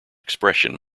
expression